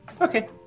Okay